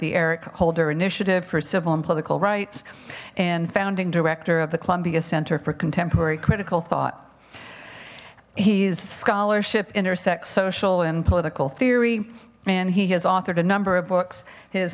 the eric holder initiative for civil and political rights and founding director of the columbia center for contemporary critical thought he is scholarship intersect social and political theory and he has authored a number of books his